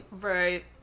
right